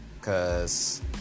cause